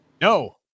No